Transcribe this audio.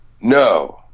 No